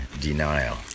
denial